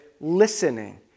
listening